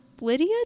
Lydia